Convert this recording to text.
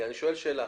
אני שואל שאלה.